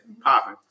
popping